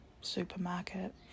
supermarket